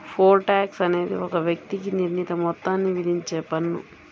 pole tax అనేది ఒక వ్యక్తికి నిర్ణీత మొత్తాన్ని విధించే పన్ను